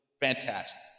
fantastic